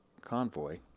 convoy